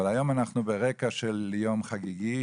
אבל היום אנחנו ברקע של יום חגיגי,